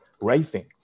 racing